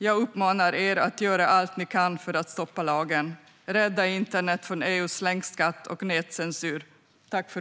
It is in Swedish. Jag uppmanar er att göra allt ni kan för att stoppa lagen. Rädda internet från EU:s länkskatt och nätcensur!